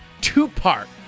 two-part